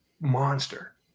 monster